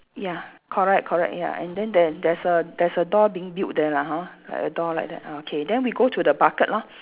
ya correct correct ya and then there there's a there's a door being built there lah hor like a door like that ah K then we go to the bucket lah